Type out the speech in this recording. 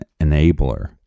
enabler